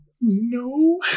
No